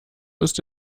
ist